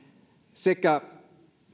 sekä